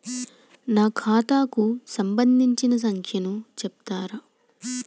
నా ఖాతా కు సంబంధించిన సంఖ్య ను చెప్తరా?